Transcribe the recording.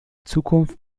zukunft